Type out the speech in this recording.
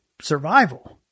survival